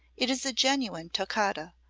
it is a genuine toccata,